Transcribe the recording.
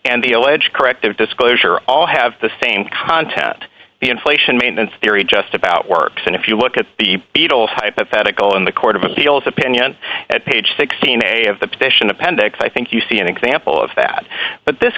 and the alleged corrective disclosure all have the same contat the inflation maintenance theory just about works and if you look at the beatles hypothetical in the court of appeals opinion at page sixteen a of the petition appendix i think you see an example of that but this